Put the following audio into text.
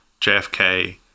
JFK